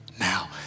Now